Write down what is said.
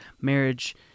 Marriage